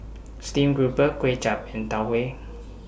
Steamed Grouper Kuay Chap and Tau Huay